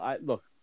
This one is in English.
look